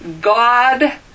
God